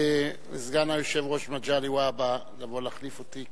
סגן היושב-ראש, מגלי והבה, לבוא להחליף אותי.